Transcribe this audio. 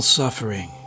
suffering